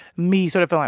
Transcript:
me sort of feeling